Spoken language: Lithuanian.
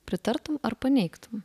pritartum ar paneigtum